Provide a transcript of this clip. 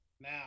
now